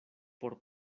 por